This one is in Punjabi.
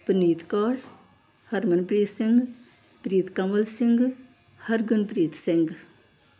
ਪੁਨੀਤ ਕੌਰ ਹਰਮਨਪ੍ਰੀਤ ਸਿੰਘ ਪ੍ਰੀਤਕਮਲ ਸਿੰਘ ਹਰਗਨਪ੍ਰੀਤ ਸਿੰਘ